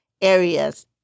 areas